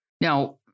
Now